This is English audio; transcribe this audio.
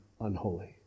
unholy